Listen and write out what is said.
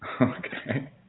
Okay